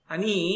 Ani